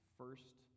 first